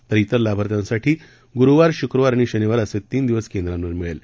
तर इतर लाभार्थ्यांसाठी गुरुवार शुक्रवार आणि शनिवार असे तीन दिवस केंद्रांवर मिळेल